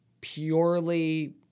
purely